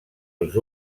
els